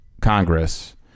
congress